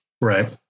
Right